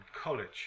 College